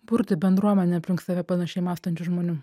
burti bendruomenę aplink save panašiai mąstančių žmonių